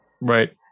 Right